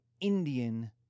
Indian